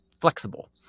flexible